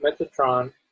Metatron